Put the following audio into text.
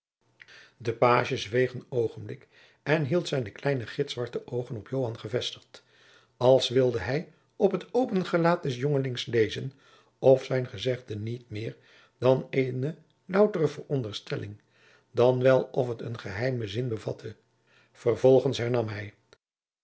de pagie zweeg een oogenblik en hield zijne kleine gitzwarte oogen op joan gevestigd als wilde hij op het open gelaat des jongelings lezen of zijn gezegde niet meer dan eene loutere veronderstelling dan wel of het een geheimen zin bevatte vervolgens hernam hij